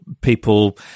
people